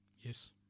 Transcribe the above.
Yes